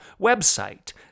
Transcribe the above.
website